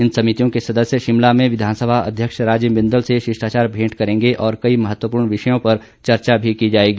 इन समितियों के सदस्य शिमला में विधानसभा अध्यक्ष राजीव बिंदल से शिष्टाचार भेंट करेंगे और कई महत्वपूर्ण विषयों पर चर्चा भी की जाएगी